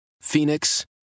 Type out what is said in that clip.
Phoenix